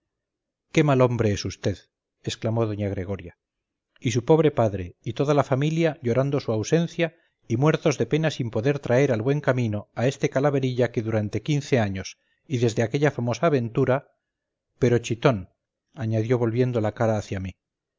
qué mal hombre es vd exclamó doña gregoria y su pobre padre y toda la familia llorando su ausencia y muertos de pena sin poder traer al buen camino a este calaverilla que durante quince años y desde aquella famosa aventura pero chitón añadió volviendo la cara hacia mí